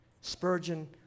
Spurgeon